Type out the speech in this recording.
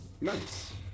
Nice